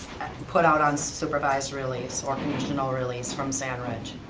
put out on supervised release or conditional release from sand ridge?